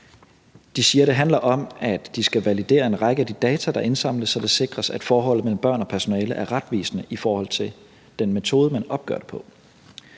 De siger, at det handler om, at de skal validere en række af de data, der indsamles, så det sikres, at forholdet mellem børn og personale er retvisende i forhold til den metode, man opgør det med.